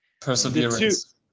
Perseverance